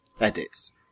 edits